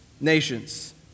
nations